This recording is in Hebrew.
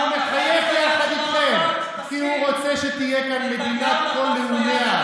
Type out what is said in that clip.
הוא לא רוצה לראות כאן מדינה יהודית.